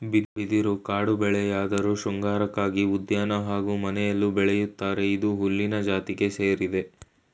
ಬಿದಿರು ಕಾಡುಬೆಳೆಯಾಧ್ರು ಶೃಂಗಾರಕ್ಕಾಗಿ ಉದ್ಯಾನ ಹಾಗೂ ಮನೆಲೂ ಬೆಳಿತರೆ ಇದು ಹುಲ್ಲಿನ ಜಾತಿಗೆ ಸೇರಯ್ತೆ